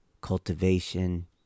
cultivation